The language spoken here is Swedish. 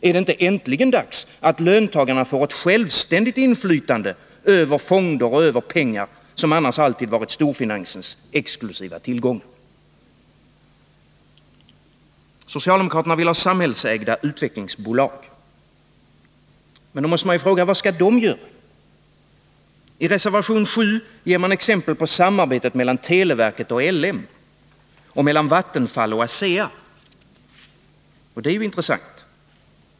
Är det inte äntligen dags att löntagarna får ett självständigt inflytande över fonder och över pengar som alltid varit storfinansens exklusiva tillgångar? Socialdemokraterna vill ha samhällsägda utvecklingsbolag. Men då måste man fråga: Vad skall de göra? I reservation 7 ger man exempel på samarbetet mellan televerket och LM, mellan Vattenfall och ASEA. Det är ju intressant.